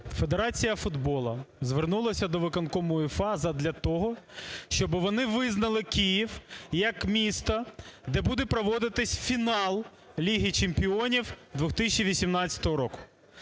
Федерація футболу звернулась до Виконкому УЄФА задля того, щоб вони визнали Київ як місто, де буде проводитись фінал Ліги чемпіонів 2018 року.